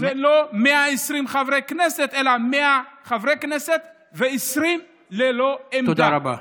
זה לא 120 חברי כנסת אלא 100 חברי כנסת ועוד 20 ללא עמדה.